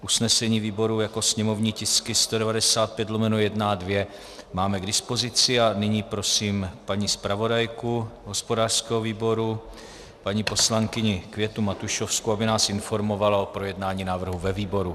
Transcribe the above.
Usnesení výboru jako sněmovní tisky 195/1 a 195/2 máme k dispozici a nyní prosím paní zpravodajku hospodářského výboru paní poslankyni Květu Matušovskou, aby nás informovala o projednání návrhu ve výboru.